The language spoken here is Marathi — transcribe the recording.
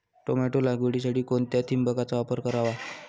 टोमॅटो लागवडीसाठी कोणत्या ठिबकचा वापर करावा?